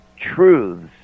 truths